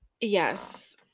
yes